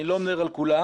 אני לא חושב שכולן,